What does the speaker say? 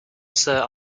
sir